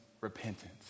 repentance